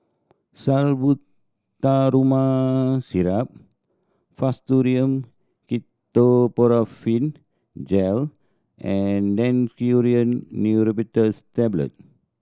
Salbutamol Syrup Fastum Ketoprofen Gel and Daneuron Neurobion Tablet